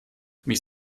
mich